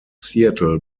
seattle